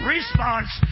Response